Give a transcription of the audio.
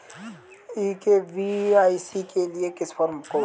ई KYC के लिए किस फ्रॉम को भरें?